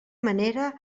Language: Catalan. manera